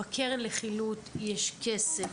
בקרן לחילוט יש כסף,